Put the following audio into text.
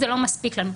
זה לא מספיק לנו.